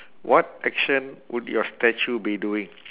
what action would your statue be doing